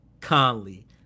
Conley